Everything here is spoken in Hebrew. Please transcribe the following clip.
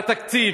על התקציב.